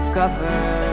cover